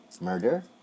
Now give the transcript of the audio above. Murder